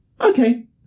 Okay